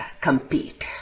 compete